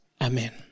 Amen